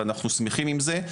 ואנחנו שמחים עם זה,